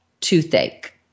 toothache